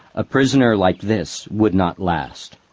a prisoner like this would not last.